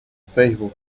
facebook